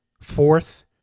fourth